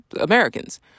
Americans